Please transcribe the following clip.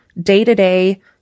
day-to-day